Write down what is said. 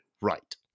right